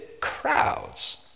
crowds